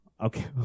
Okay